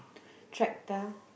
tractor